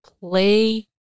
Play